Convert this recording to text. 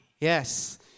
Yes